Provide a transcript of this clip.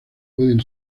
pueden